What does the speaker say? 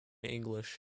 english